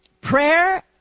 prayer